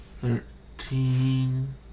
thirteen